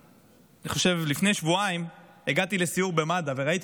לפני שבועיים הגעתי לסיור במד"א וראיתי